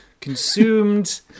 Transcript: consumed